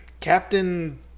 Captain